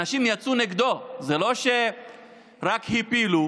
אנשים יצאו נגדו, זה לא שרק הפילו,